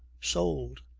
sold.